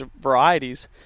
varieties